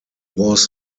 was